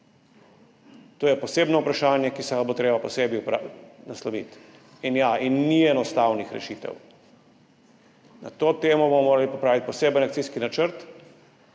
To je posebno vprašanje, ki ga bo treba posebej nasloviti. In ja, ni enostavnih rešitev. Na to temo bomo morali pripraviti poseben akcijski načrt,